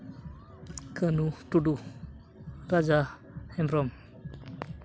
ᱠᱟᱹᱱᱩ ᱴᱩᱰᱩ ᱨᱟᱡᱟ ᱦᱮᱢᱵᱨᱚᱢ